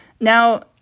now